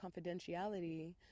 confidentiality